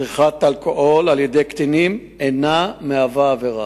צריכת אלכוהול על-ידי קטינים אינה עבירה.